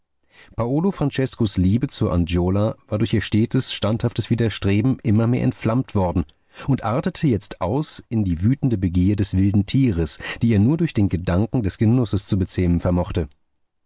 paolo franceskos liebe zur angiola war durch ihr stetes standhaftes widerstreben immer mehr entflammt worden und artete jetzt aus in die wütende begier des wilden tieres die er nur durch den gedanken des genusses zu bezähmen vermochte